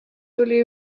tuli